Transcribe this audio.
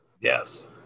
Yes